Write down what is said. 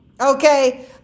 Okay